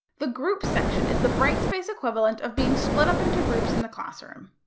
the groups section is the brightspace equivalent of being split up into groups in the classroom.